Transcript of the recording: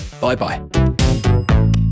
Bye-bye